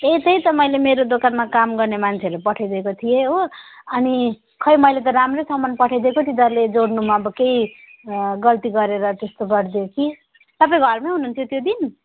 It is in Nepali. ए त्यही त मैले मेरो दोकानमा काम गर्ने मान्छेहरू पठाइदिएको थिएँ हो अनि खै मैले त राम्रै सामान पठाइदिएको तिनीहरूले जोड्नुमा अब केही गल्ती गरेर त्यस्तो गरिदियो कि तपाईँ घरमै हुनुहुन्थ्यो त्यो दिन